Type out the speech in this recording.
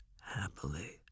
happily